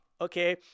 okay